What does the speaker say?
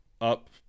up